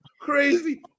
crazy